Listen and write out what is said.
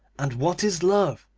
and what is love,